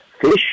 fish